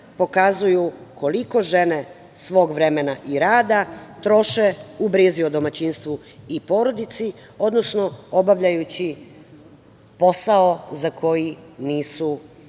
pokazuju koliko žene svog vremena i rada troše u brizi o domaćinstvu i porodici, odnosno obavljajući posao za koji nisu